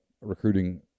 recruiting